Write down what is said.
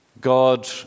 God